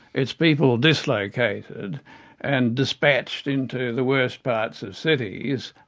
its people dislocated and dispatched into the worst parts of cities.